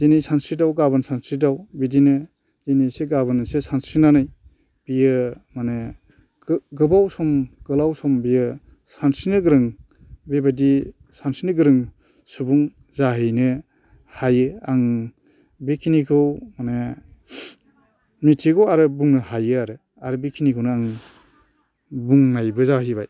दिनै सानस्रिदाव गाबोन सानस्रिदाव बिदिनो दिनै इसे गाबोन इसे सानस्रिनानै बियो माने गोबाव सम गोलाव सम बियो सानस्रिनो गोरों बेबायदि सानस्रिनो गोरों सुबुं जाहैनो हायो आं बेखिनिखौ माने मिथिगौ आरो बुंनो हायो आरो आरो बेखिनिखौनो आं बुंनायबो जाहैबाय